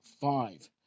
five